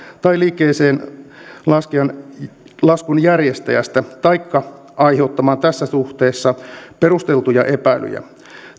tai liikkeeseenlaskun järjestäjästä taikka aiheuttamaan tässä suhteessa perusteltuja epäilyjä